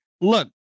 Look